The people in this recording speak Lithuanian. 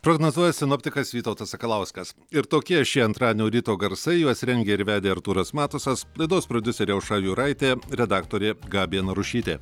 prognozuoja sinoptikas vytautas sakalauskas ir tokie šie antradienio ryto garsai juos rengė ir vedė artūras matusas laidos prodiuserė aušra juraitė redaktorė gabija narušytė